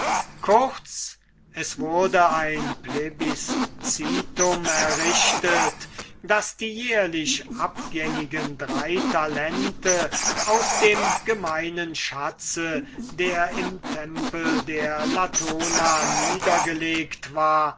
kurz es wurde ein plebiscitum errichtet daß die jährlich abgängigen dritthalb talente aus dem gemeinen schatz der im tempel der latona niedergelegt war